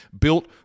built